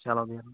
چَلو بِہِو